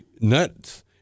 nuts